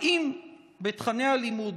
האם בתוכני הלימוד,